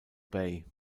bay